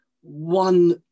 one